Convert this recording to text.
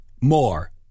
more